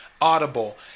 Audible